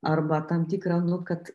arba tam tikrą nu kad